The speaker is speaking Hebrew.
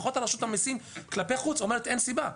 לפחות רשות המיסים כלפי חוץ אומרת אין סיבה.